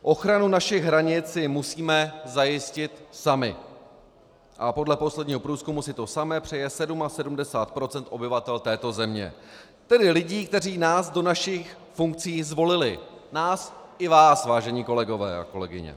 Ochranu našich hranic si musíme zajistit sami a podle posledního průzkumu si to samé přeje 77 % obyvatel této země, tedy lidí, kteří nás do našich funkcí zvolili nás i vás, vážení kolegové a kolegyně.